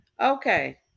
okay